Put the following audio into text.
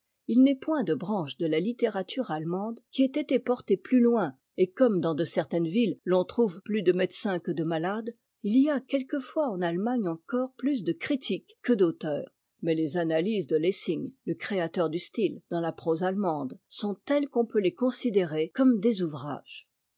il n'est point de branche de la littérature allemande qui ait été portée plus loin et comme dans de certaines villes l'on trouve plus de médecins que de malades il y a quelquefois en allemagne encore plus de critiques que d'auteurs mais les analyses de lessing le créateur du style dans la prose allemande sont telles qu'on peut les considérer comme des ouvrages